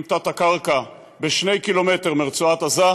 עם תת-הקרקע בשני קילומטרים מרצועת עזה,